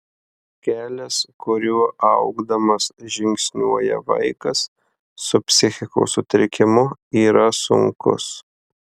kelias kuriuo augdamas žingsniuoja vaikas su psichikos sutrikimu yra sunkus